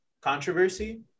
controversy